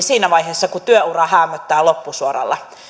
siinä vaiheessa kun työura häämöttää loppusuoralla